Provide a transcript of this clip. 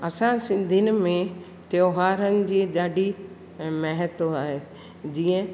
असां सिंधियुनि में त्योहारनि जी ॾाढी महत्व आहे जीअं